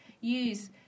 use